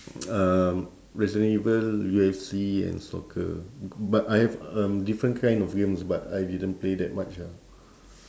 um resident evil U_F_C and soccer but I have um different kinds of games but I didn't play that much ah